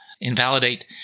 invalidate